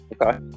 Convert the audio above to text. Okay